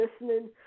listening